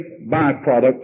byproduct